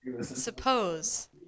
suppose